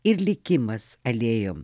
ir likimas alėjom